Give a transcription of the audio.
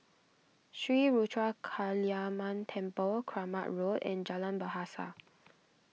Sri Ruthra Kaliamman Temple Kramat Road and Jalan Bahasa